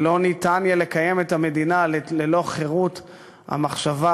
ולא ניתן יהיה לקיים את המדינה ללא חירות המחשבה,